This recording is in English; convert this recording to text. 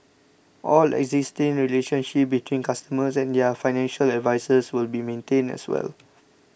all existing relationships between customers and their financial advisers will be maintained as well